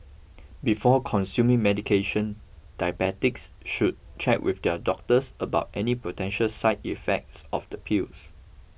before consuming medication diabetics should check with their doctors about any potential side effects of the pills